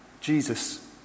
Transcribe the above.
Jesus